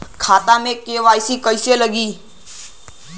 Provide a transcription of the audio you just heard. खाता में के.वाइ.सी कइसे लगी?